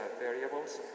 variables